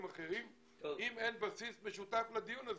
האחרים אם אין בסיס משותף לדיון הזה.